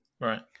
right